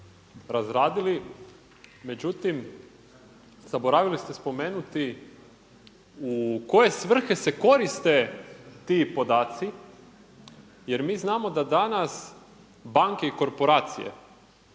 razradili, međutim, zaboravili ste spomenuti u koje svrhe se koriste ti podaci. Jer mi znamo da danas banke i korporacije